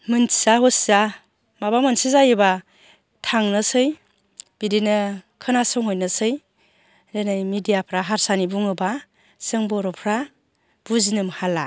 मोनथिया हसिया माबा मोनसे जायोबा थांनोसै बिदिनो खोनासंहैनोसै जेरै मिडियाफ्रा हारसानि बुङोबा जों बर'फ्रा बुजिनो हाला